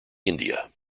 india